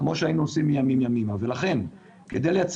אי-אפשר יהיה להכניס לתיאטרון 600-500